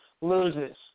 loses